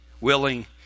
willing